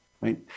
right